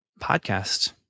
podcast